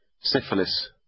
Syphilis